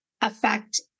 affect